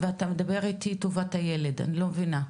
ואתה מדבר איתי על טובת הילד, אני לא מבינה,